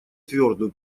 твердую